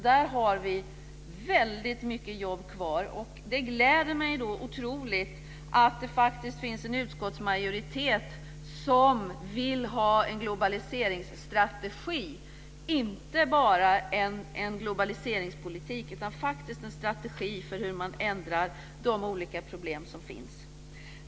Där har vi väldigt mycket jobb kvar, och det gläder mig otroligt mycket att det faktiskt finns en utskottsmajoritet som vill ha en globaliseringsstrategi - inte bara en globaliseringspolitik utan faktiskt en strategi för hur man gör något åt de olika problem som finns.